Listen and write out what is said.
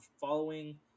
following